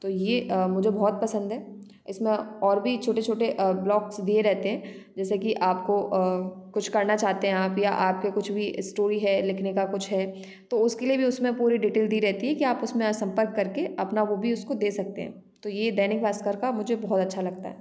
तो ये मुझे बहुत पसंद है इसमें और भी छोटे छोटे ब्लॉक्स दिए रहते हैं जैसे कि आपको कुछ करना चाहते हैं आप या आपके कुछ भी स्टॉरी है लिखने का कुछ है तो उसके लिए भी उसमें पूरी डिटेल दी रहती है कि आप उसमें संपर्क करके अपना वो भी उसको दे सकते हैं तो ये दैनिक भास्कर का मुझे बहुत अच्छा लगता है